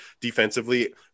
defensively